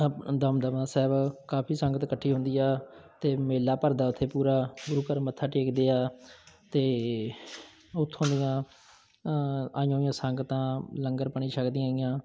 ਦਮਦਮਾ ਸਾਹਿਬ ਕਾਫੀ ਸੰਗਤ ਇਕੱਠੀ ਹੁੰਦੀ ਆ ਅਤੇ ਮੇਲਾ ਭਰਦਾ ਉੱਥੇ ਪੂਰਾ ਗੁਰੂ ਘਰ ਮੱਥਾ ਟੇਕਦੇ ਆ ਅਤੇ ਉੱਥੋਂ ਦੀਆਂ ਆਈਆਂ ਹੋਈਆਂ ਸੰਗਤਾਂ ਲੰਗਰ ਪਾਣੀ ਛਕਦੀਆਂ ਹੈਗੀਆਂ